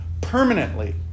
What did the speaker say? permanently